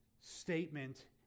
statement